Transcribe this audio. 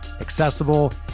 accessible